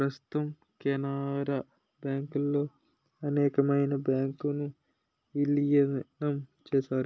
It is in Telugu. ప్రస్తుతం కెనరా బ్యాంకులో అనేకమైన బ్యాంకు ను విలీనం చేశారు